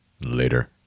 Later